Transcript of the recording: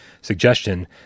suggestion